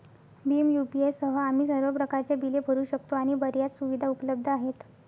Bhim UPI सह, आम्ही सर्व प्रकारच्या बिले भरू शकतो आणि बर्याच सुविधा उपलब्ध आहेत